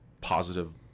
positive